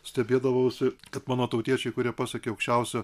stebėdavausi kad mano tautiečiai kurie pasiekė aukščiausią